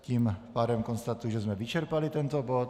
Tím pádem konstatuji, že jsme vyčerpali tento bod.